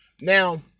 Now